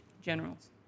generals